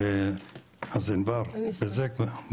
אז ענבר בזק,